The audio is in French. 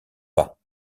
pas